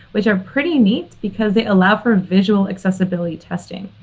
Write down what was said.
which are pretty neat because they allow for visual accessibility testing.